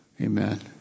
Amen